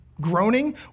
groaning